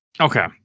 Okay